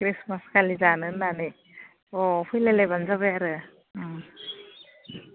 ख्रिस्टमासखालि जानो होन्नानै अ फैलायलायबानो जाबाय आरो